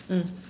mm